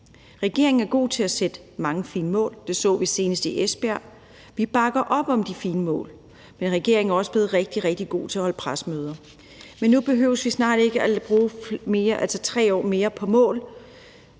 Regeringen er god til at sætte mange fine mål. Det så vi senest i Esbjerg. Vi bakker op om de fine mål, men regeringen er også blevet rigtig, rigtig god til at holde pressemøder. Nu behøver vi ikke at bruge 3 år mere på mål;